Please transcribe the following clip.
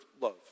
love